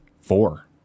four